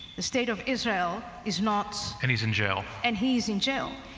the state of israel is not and he is in jail. and he is in jail.